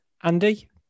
Andy